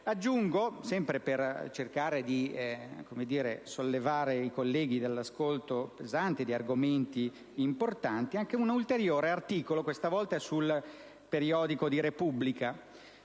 Aggiungo, sempre per cercare di sollevare i colleghi dall'ascolto pesante di argomenti importanti, anche un altro articolo, questa volta sull'inserto «D» de "la Repubblica",